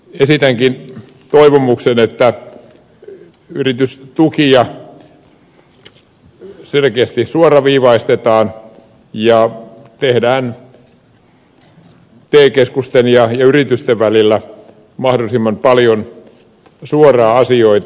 esitänkin toivomuksen että yritystukia selkeästi suoraviivaistetaan ja tehdään te keskusten ja yritysten välillä mahdollisimman paljon suoraan asioita